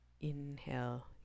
inhale